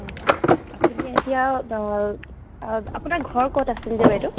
হয় আপুনি এতিয়া আপোনাৰ ঘৰ ক'ত আছিল যে বাইদেউ